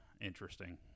interesting